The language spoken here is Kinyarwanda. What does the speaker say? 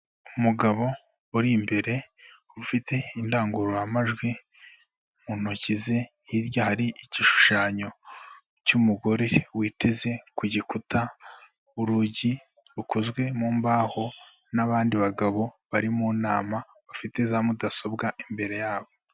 Umugabo uri imbere ufite indangururamajwi mu ntoki ze. Hirya hari igishushanyo cy'umugore witeze ku gikuta. Urugi rukozwe mu mbaho n'abandi bagabo bari mu nama bafite za mudasobwa imbere yabo.